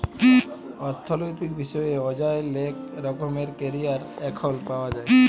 অথ্থলৈতিক বিষয়ে অযায় লেক রকমের ক্যারিয়ার এখল পাউয়া যায়